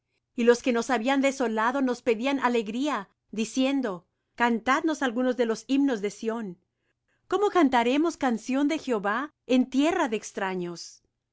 y los que nos habían desolado nos pedían alegría diciendo cantadnos algunos de los himnos de sión cómo cantaremos canción de jehová en tierra de extraños